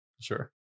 Sure